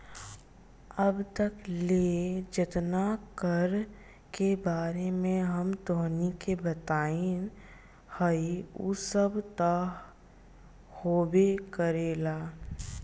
अब तक ले जेतना कर के बारे में हम तोहनी के बतइनी हइ उ सब त होबे करेला